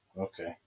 Okay